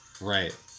Right